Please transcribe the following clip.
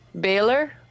Baylor